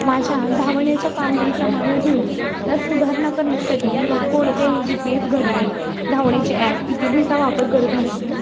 माझ्या धावण्याच्या कामगिरीचा मान ठेवून त्यात सुधारणा करण्यासाठी मी कोणत्याही जीपेएस घड्याळे धावण्याचे ॲप इत्यादींचा वापर करत नाही